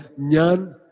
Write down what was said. nyan